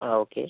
ആ ഓക്കെ